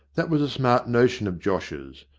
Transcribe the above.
that was a smart notion of josh's,